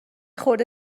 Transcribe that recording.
خورده